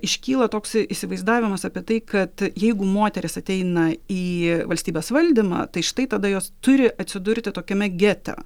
iškyla toks įsivaizdavimas apie tai kad jeigu moteris ateina į valstybės valdymą tai štai tada jos turi atsidurti tokiame gete